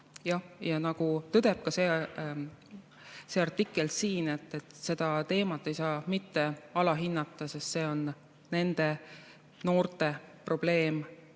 Ja nagu tõdeb ka see artikkel siin, seda teemat ei tohi mitte alahinnata. See on nende noorte probleem,